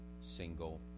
single